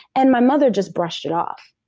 and my mother just brushed it off.